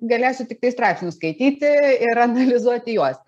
galėsiu tiktai straipsnius skaityti ir analizuoti juos